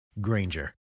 Granger